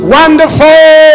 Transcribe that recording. Wonderful